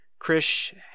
Krish